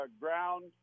ground